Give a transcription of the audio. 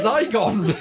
Zygon